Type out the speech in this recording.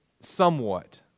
somewhat